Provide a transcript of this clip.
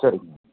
சரிங்க